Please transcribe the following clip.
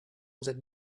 that